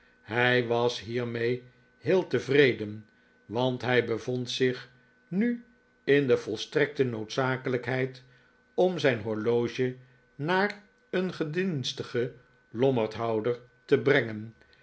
hij was hiermee heel tevreden want hij bevond zich nu in de volstrekte noodzakelijkheid om zijn horloge naar een gedienstigen lommerdhouder te brengen